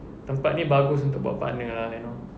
tempat ini bagus untuk bawa partner ah you know